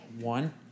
One